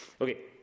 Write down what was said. Okay